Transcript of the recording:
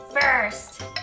first